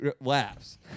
laughs